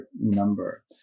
number